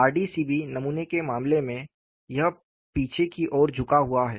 RDCB नमूने के मामले में यह पीछे की ओर झुका हुआ है